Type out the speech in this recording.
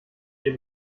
ihr